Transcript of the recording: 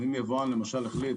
אם יבואן למשל החליט,